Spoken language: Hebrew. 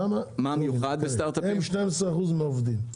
למה --- הם 12 אחוז מהעובדים,